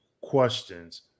questions